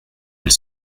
elle